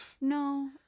No